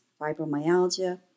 fibromyalgia